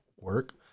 work